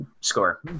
score